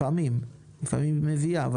לפעמים היא מביאה,